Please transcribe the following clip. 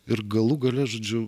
ir galų gale žodžiu